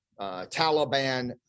Taliban